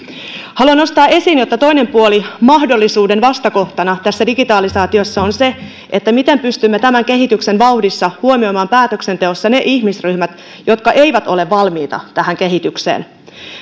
haluan nostaa esiin sen että toinen puoli mahdollisuuden vastakohtana tässä digitalisaatiossa on se miten pystymme tämän kehityksen vauhdissa huomioimaan päätöksenteossa ne ihmisryhmät jotka eivät ole valmiita tähän kehitykseen